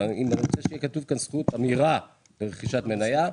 אני רוצה שיהיה כתוב כאן זכות אמירה לרכישת מניה,